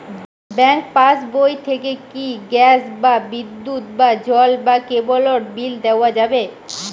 Bank পাশবই থেকে কি গ্যাস বা বিদ্যুৎ বা জল বা কেবেলর বিল দেওয়া যাবে?